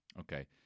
Okay